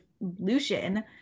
Lucian